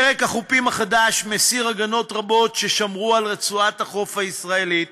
פרק החופים החדש מסיר הגנות רבות ששמרו על רצועת החוף הישראלית.